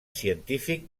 científic